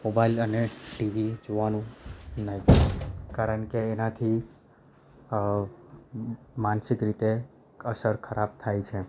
mobile અને TV જોવાનું નહીં કારણ કે એનાથી માનસિક રીતે અસર ખરાબ થાય છે